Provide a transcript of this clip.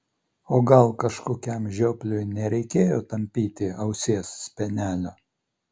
o gal kažkokiam žiopliui nereikėjo tampyti ausies spenelio